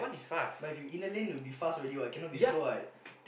but if you inner lane will be fast already what cannot be slow what